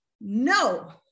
no